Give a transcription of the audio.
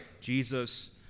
Jesus